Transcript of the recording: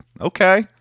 okay